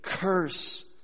curse